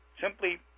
simply